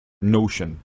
notion